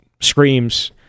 screams